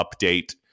update